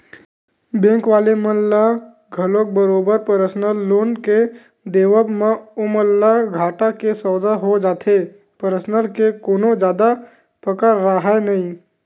bank वाले मन ल घलो बरोबर परसनल लोन के देवब म ओमन ल घाटा के सौदा हो जाथे परसनल के कोनो जादा पकड़ राहय नइ